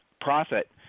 profit